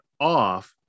off